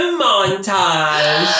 montage